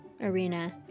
arena